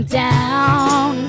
down